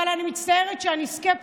אבל אני מצטערת לומר שאני סקפטית,